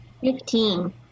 Fifteen